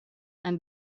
amb